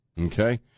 Okay